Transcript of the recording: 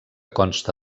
consta